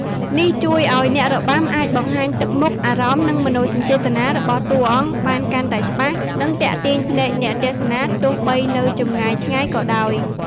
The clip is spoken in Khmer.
នេះជួយឲ្យអ្នករបាំអាចបង្ហាញទឹកមុខ អារម្មណ៍ និងមនោសញ្ចេតនារបស់តួអង្គបានកាន់តែច្បាស់ និងទាក់ទាញភ្នែកអ្នកទស្សនាទោះបីនៅចម្ងាយឆ្ងាយក៏ដោយ។